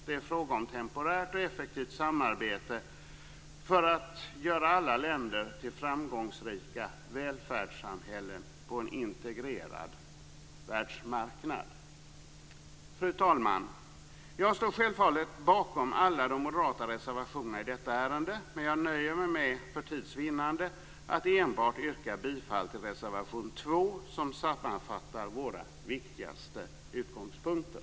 Det är en fråga om ett temporärt och effektivt samarbete, för att göra alla länder till framgångsrika välfärdssamhällen på en integrerad världsmarknad. Fru talman! Jag står självfallet bakom alla de moderata reservationerna i detta ärende, men jag nöjer mig för tids vinnande med att yrka bifall endast till reservation 2, som sammanfattar våra viktigaste utgångspunkter.